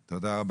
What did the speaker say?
תודה.